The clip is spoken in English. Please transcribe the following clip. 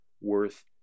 worth